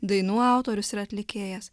dainų autorius ir atlikėjas